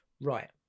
Right